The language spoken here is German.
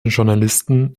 journalisten